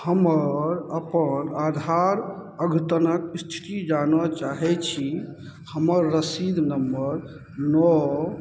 हमर अपन आधार अद्यतनक इस्थिति जानऽ चाहै छी हमर रसीद नम्बर नओ